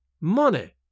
Money